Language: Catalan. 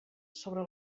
sobre